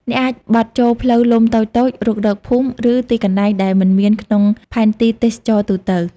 អ្នកអាចបត់ចូលផ្លូវលំតូចៗ រុករកភូមិ ឬទីកន្លែងដែលមិនមានក្នុងផែនទីទេសចរណ៍ទូទៅ។